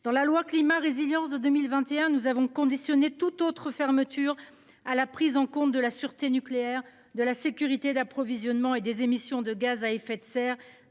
dans la loi climat résilience de 2021, nous avons conditionné tout autre fermeture à la prise en compte de la sûreté nucléaire, de la sécurité d'approvisionnement et des émissions de gaz à effet de serre.